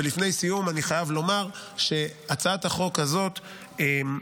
ולפני סיום אני חייב לומר שהצעת החוק הזאת משקפת,